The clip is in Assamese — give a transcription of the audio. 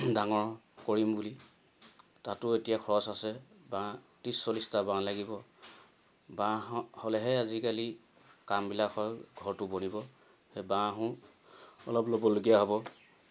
ডাঙৰ কৰিম বুলি তাতো এতিয়া খৰচ আছে বাঁহ ত্ৰিছ চল্লিছটা বাঁহ লাগিব বাঁহ হ'লেহে আজিকালি কামবিলাকৰ ঘৰটো বনিব সেই বাঁহো অলপ ল'বলগীয়া হ'ব